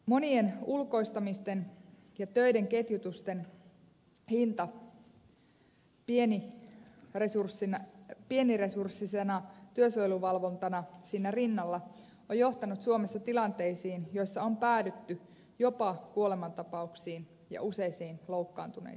monien ulkoistamisten ja töiden ketjutusten hinta pieniresurssinen työsuojeluvalvonta siinä rinnalla on johtanut suomessa tilanteisiin joissa on päädytty jopa kuolemantapauksiin ja useisiin loukkaantuneisiin